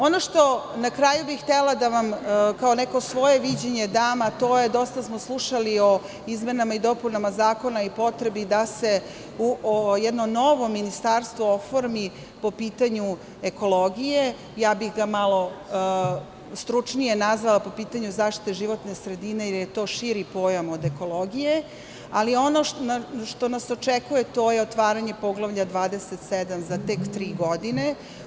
Ono što bih na kraju htela da vam kao neko svoje viđenje dam, a to je dosta smo slušali o izmenama i dopunama zakona i potrebi da se jedno novo ministarstvo oformi po pitanju ekologije, ja bih ga malo stručnije nazvala, po pitanju zaštite životne sredine, jer je to širi pojam od ekologije, ali ono što nas očekuje, to je otvaranje poglavlja 27. za tek tri godine.